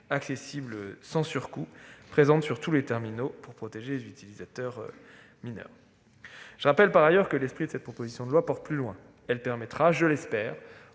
accessibles sans surcoût. Elles seront présentes sur tous les terminaux pour protéger les utilisateurs mineurs. Je rappelle, par ailleurs, que l'esprit de cette proposition de loi porte plus loin : elle permettra, je l'espère,